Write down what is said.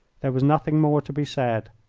there was nothing more to be said.